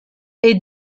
est